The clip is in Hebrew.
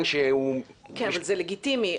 אבל זה לגיטימי.